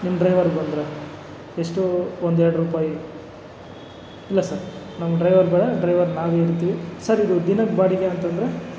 ನಿಮ್ಮ ಡ್ರೈವರ್ ಬಂದರೆ ಎಷ್ಟು ಒಂದು ಎರಡು ರೂಪಾಯಿ ಇಲ್ಲ ಸರ್ ನಮ್ಮ ಡ್ರೈವರ್ ಇದೆ ಡ್ರೈವರ್ ನಾವೇ ಇರ್ತೀವಿ ಸರ್ ಇದು ದಿನದ ಬಾಡಿಗೆ ಅಂತಂದ್ರೆ